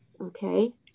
Okay